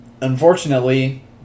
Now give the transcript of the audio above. unfortunately